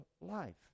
life